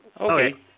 Okay